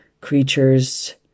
creatures